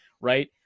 right